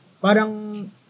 parang